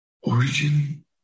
origin